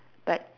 but